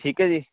ਠੀਕ ਹੈ ਜੀ